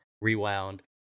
rewound